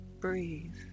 Breathe